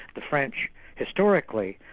the french historically,